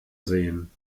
sehen